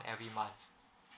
every month